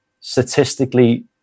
statistically